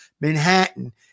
Manhattan